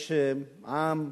יש עם,